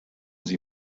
sie